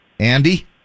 Andy